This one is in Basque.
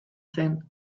zen